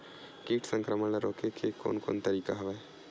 कीट संक्रमण ल रोके के कोन कोन तरीका हवय?